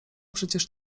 przecież